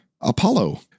apollo